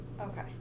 Okay